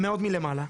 מאוד מלמעלה,